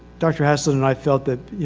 dr. haslund and i felt that, you